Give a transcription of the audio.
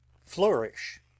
Flourish